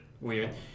weird